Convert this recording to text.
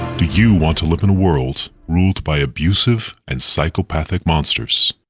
do you want to live in a world ruled by abusive, and psychopathic monsters?